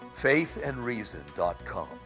faithandreason.com